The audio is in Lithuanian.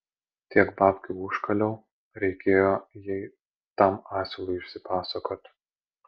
tiek babkių užkaliau reikėjo jai tam asilui išsipasakot